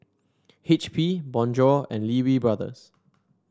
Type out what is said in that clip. H P Bonjour and Lee Wee Brothers